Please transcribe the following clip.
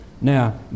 Now